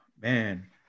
Man